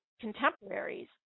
contemporaries